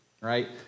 right